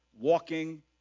walking